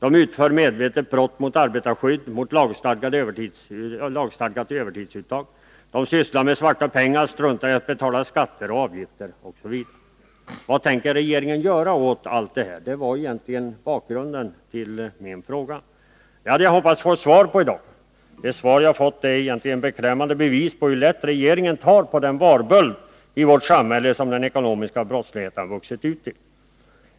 De utför medvetet brott mot arbetarskydd och mot lagstadgat övertidsuttag. De sysslar med svarta pengar, struntar i att betala skatter, avgifter osv. Vad tänker regeringen göra åt allt det här? Detta var egentligen bakgrunden till min interpellation. Jag hoppades på ett svar på de här frågorna i dag. Det svar som jag har fått är ett beklämmande bevis på hur lätt regeringen tar på den varböld i vårt samhälle som den ekonomiska brottsligheten vuxit ut till.